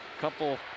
Couple